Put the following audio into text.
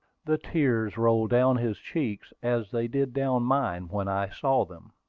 the tears rolled down his cheeks, as they did down mine when i saw them.